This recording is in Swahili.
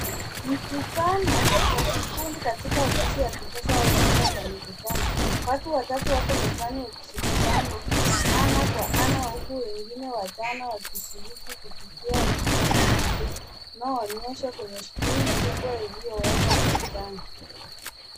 Mkutano, wa kikundi katika ofisi za kisasa au chumba ya mikutano. Watu watatu wako mezani wakishirikiana, ana kwa ana, huku wengine watana wakishiriki kupitia mkutano wa video, unaonyeshwa kwenye skrini kubwa iliyowekwa ukutani.